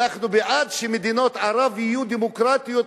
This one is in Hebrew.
אנחנו בעד שמדינות ערב יהיו דמוקרטיות,